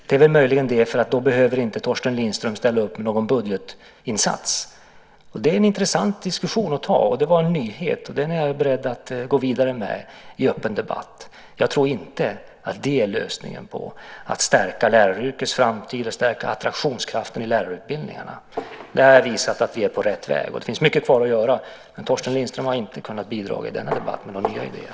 Det beror möjligen på att Torsten Lindström då inte behöver ställa upp med någon budgetinsats. Det är en intressant diskussion att ta och det var en nyhet. Den är jag beredd att gå vidare med i öppen debatt. Men jag tror inte att det är lösningen när det gäller att stärka läraryrkets framtid och att stärka attraktionskraften i lärarutbildningarna. Där har jag visat att vi är på rätt väg. Det finns mycket kvar att göra, men Torsten Lindström har i denna debatt inte kunnat bidra med några nya idéer.